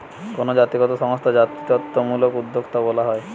কোনো জাতিগত সংস্থা জাতিত্বমূলক উদ্যোক্তা বলা হয়